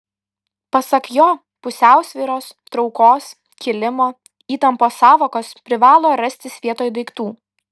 pasak jo pusiausvyros traukos kilimo įtampos sąvokos privalo rastis vietoj daiktų